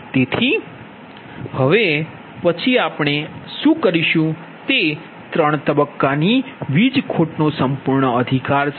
તેથી હવે પછી આપણે આ શું કરીશું તે 3 તબક્કાની વીજ ખોટનો સંપૂર્ણ અધિકાર છે